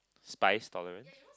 spice tolerance